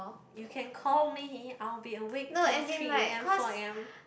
you can call me I'll be awake till three a_m four a_m